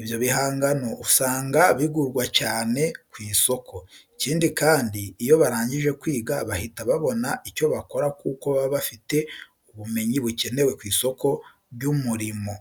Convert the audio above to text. Ibyo bihangano usanga bigurwa cyane ku isoko. Ikindi kandi, iyo barangije kwiga bahita babona icyo bakora kuko baba bafite ubumenyi bukenewe ku isoko ry'umurimo.